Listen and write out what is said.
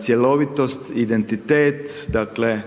cjelovitost, identitet, dakle